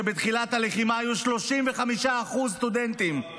בתחילת הלחימה היו 35% סטודנטים,